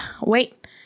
wait